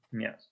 Yes